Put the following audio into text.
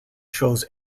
shows